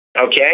Okay